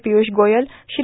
Piyush Goyal Shri